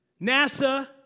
NASA